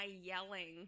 yelling